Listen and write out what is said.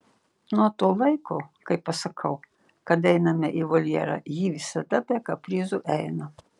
nuo to laiko kai pasakau kad einame į voljerą ji visada be kaprizų eina